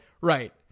Right